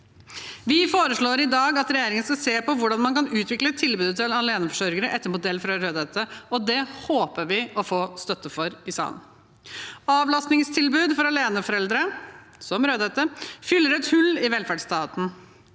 Vi foreslår i dag at regjeringen skal se på hvordan man kan utvikle tilbudet til aleneforsørgere etter modell fra Rødhette, og det håper vi å få støtte for i salen. Avlastningstilbud for aleneforeldre, som Rødhette, fyller et hull i velferdsstaten.